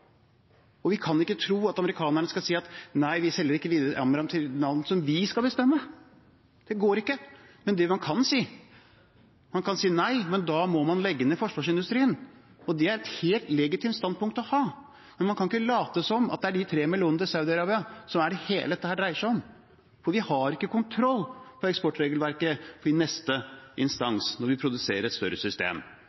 Vi kan ikke tro at amerikanerne skal si nei, at de ikke selger videre AMRAAM til land som vi bestemmer. Det går ikke. Man kan si nei, men da må man legge ned forsvarsindustrien. Det er et helt legitimt standpunkt å ha. Men man kan ikke late som det er de tre millionene til Saudi-Arabia alt dette dreier seg om, for vi har ikke kontroll på eksportregelverket i neste